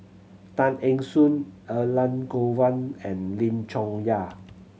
Tay Eng Soon Elangovan and Lim Chong Yah